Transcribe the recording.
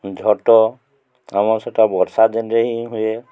ଝୋଟ ଆମର ସେଇଟା ବର୍ଷା ଦିନରେ ହିଁ ହୁଏ